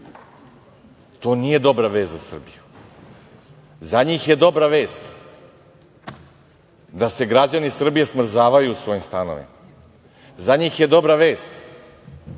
to nije dobra vest za Srbiju.Za njih je dobra vest da se građani smrzavaju u svojim stanovima. Za njih je dobra vest